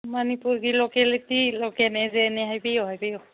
ꯃꯅꯤꯄꯨꯔꯒꯤ ꯂꯣꯀꯦꯂꯤꯇꯤ ꯂꯣꯀꯦꯟ ꯑꯦꯖꯦꯟꯅꯦ ꯍꯥꯏꯕꯤꯌꯨ ꯍꯥꯏꯕꯤꯌꯨ